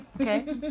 Okay